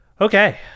Okay